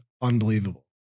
unbelievable